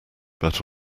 but